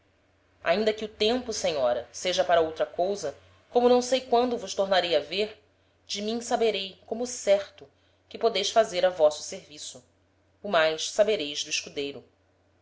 ainda que o tempo senhora seja para outra cousa como não sei quando vos tornarei a ver de mim sabei como certo que podeis fazer a vosso serviço o mais sabereis do escudeiro